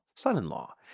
son-in-law